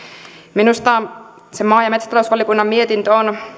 minusta maa ja metsätalousvaliokunnan mietintö on